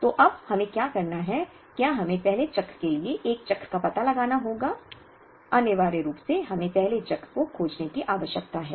तो अब हमें क्या करना है क्या हमें पहले चक्र के लिए एक चक्र का पता लगाना होगा अनिवार्य रूप से हमें पहले चक्र को खोजने की आवश्यकता है